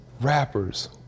rappers